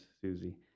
Susie